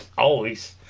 always